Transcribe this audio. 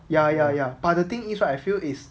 ya ya ya ya but the thing is right I feel is